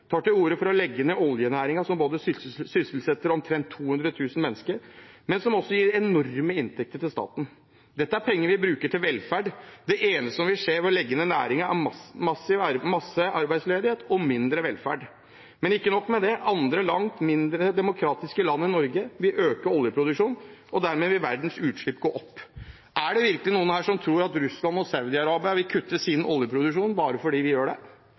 tar til orde for å legge ned oljenæringen, som både sysselsetter omtrent 200 000 mennesker, og som gir enorme inntekter til staten. Dette er penger vi bruker til velferd. Det eneste som vil skje ved å legge ned næringen, er massearbeidsledighet og mindre velferd. Men ikke nok med det, andre og langt mindre demokratiske land enn Norge vil øke oljeproduksjonen, og dermed vil verdens utslipp gå opp. Er det virkelig noen her som tror at Russland og Saudi-Arabia vil kutte sin oljeproduksjon bare fordi vi gjør det?